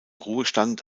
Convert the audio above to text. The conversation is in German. ruhestand